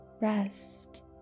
rest